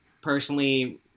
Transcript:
personally